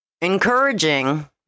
Encouraging